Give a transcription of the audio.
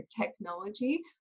technology